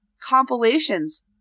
compilations